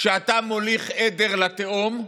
כשאתה מוליך עדר לתהום,